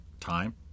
time